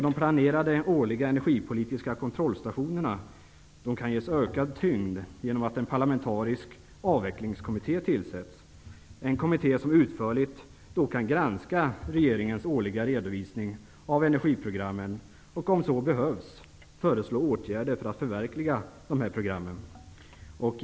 De planerade årliga energipolitiska kontrollstationerna kan ges ökad tyngd genom att en parlamentarisk avvecklingskommitté tillsätts. Kommittén skulle utförligt granska regeringens årliga redovisning av energiprogrammen och, om så behövs, föreslå åtgärder för att förverkliga programmen.